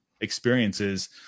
experiences